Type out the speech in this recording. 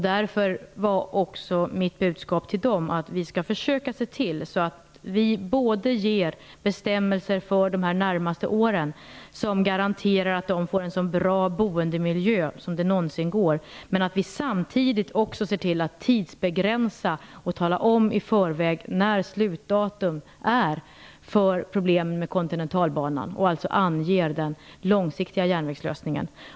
Därför var också mitt budskap till dem att vi skall försöka se till att vi ger bestämmelser för de närmaste åren, som garanterar att de får en så bra boendemiljö som det någonsin går. Samtidigt skall vi också se till att tidsbegränsa och i förväg tala om ett slutdatum för problemen med kontinentalbanan. Vi skall alltså ange den långsiktiga järnvägslösningen.